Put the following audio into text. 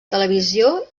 televisió